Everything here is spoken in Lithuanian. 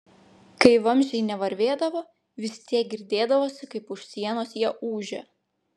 kai vamzdžiai nevarvėdavo vis tiek girdėdavosi kaip už sienos jie ūžia